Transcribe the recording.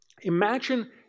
Imagine